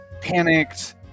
Panicked